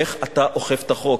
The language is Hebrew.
איך אתה אוכף את החוק?